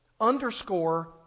underscore